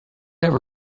never